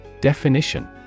Definition